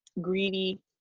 greedy